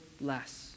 less